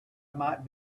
might